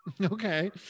Okay